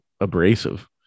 abrasive